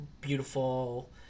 beautiful